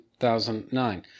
2009